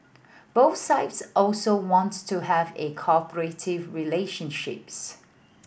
both sides also want to have a cooperative relationships